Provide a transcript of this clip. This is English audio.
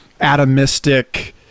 atomistic